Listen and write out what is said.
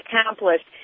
accomplished